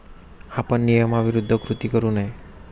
आपण नियमाविरुद्ध कृती करू नये